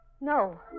No